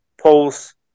polls